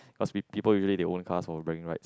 cause p~ people usually they own cars for bragging rights